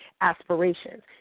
aspirations